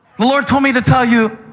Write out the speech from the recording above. the lord told me to tell you,